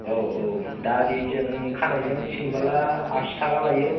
औ औ दारिजों खानायजों सिनोब्ला आसि थाखा लायो